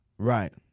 Right